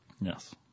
Yes